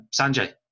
Sanjay